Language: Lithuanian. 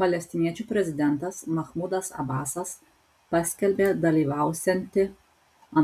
palestiniečių prezidentas mahmudas abasas paskelbė dalyvausianti